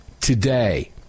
today